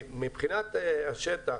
מבחינת השטח,